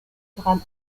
drame